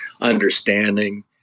understanding